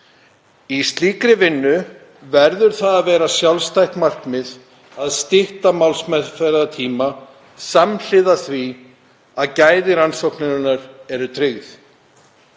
Í slíkri vinnu verður það að vera sjálfstætt markmið að stytta málsmeðferðartíma samhliða því að gæði rannsóknarinnar eru tryggð.